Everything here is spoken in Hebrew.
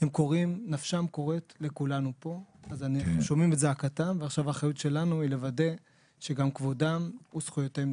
הַשֶּׁמֶשׁ כִּי עָנִי הוּא וְאֵלָיו הוּא נֹשֵׂא אֶת